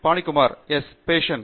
Panikumar fashion